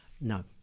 no